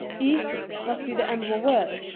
eath must be the end of a word,